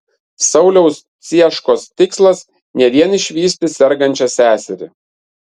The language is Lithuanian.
sauliaus cieškos tikslas ne vien išvysti sergančią seserį